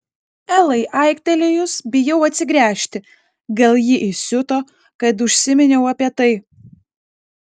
elai aiktelėjus bijau atsigręžti gal ji įsiuto kad užsiminiau apie tai